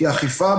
כי האכיפה,